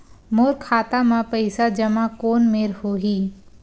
मोर खाता मा पईसा जमा कोन मेर होही?